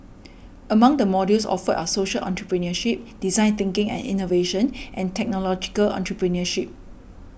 among the modules offered are social entrepreneurship design thinking and innovation and technological entrepreneurship